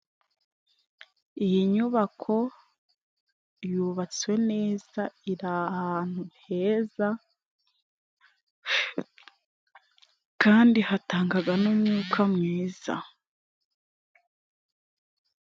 Iyi nyubako yubatswe neza, iri ahantu heza, kandi hatangaga n'umwuka mwiza.